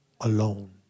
alone